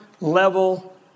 level